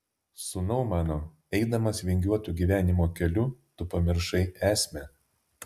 sūnau mano eidamas vingiuotu gyvenimo keliu tu pamiršai esmę